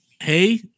Hey